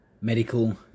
medical